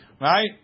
right